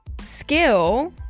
skill